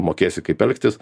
mokėsi kaip elgtis